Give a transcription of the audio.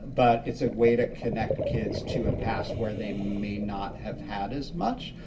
but it's a way to connect kids to a past where they may not have had as much,